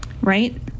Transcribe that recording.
right